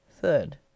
Third